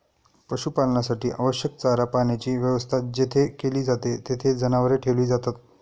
पशुपालनासाठी आवश्यक चारा पाण्याची व्यवस्था जेथे केली जाते, तेथे जनावरे ठेवली जातात